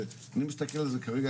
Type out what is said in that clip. אני מסתכל על זה כרגע,